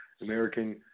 American